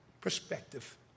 perspective